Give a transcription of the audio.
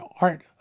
Art